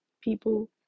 people